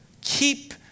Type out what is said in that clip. Keep